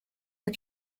jak